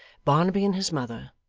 barnaby and his mother.